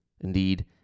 Indeed